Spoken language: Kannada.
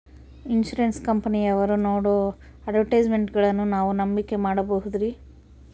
ಇನ್ಸೂರೆನ್ಸ್ ಕಂಪನಿಯವರು ನೇಡೋ ಅಡ್ವರ್ಟೈಸ್ಮೆಂಟ್ಗಳನ್ನು ನಾವು ನಂಬಿಕೆ ಮಾಡಬಹುದ್ರಿ?